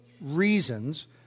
reasons